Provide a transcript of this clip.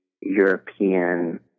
European